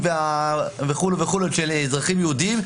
וכולי וכולי הם של אזרחים יהודים,